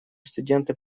студенты